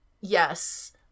Yes